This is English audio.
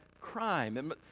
crime